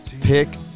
pick